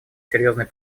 серьезной